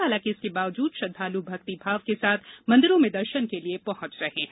हालांकि इसके बावजूद श्रद्वालु भक्ति भाव के साथ मंदिरों में दर्शन के लिये पहुंच रहे हैं